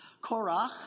Korach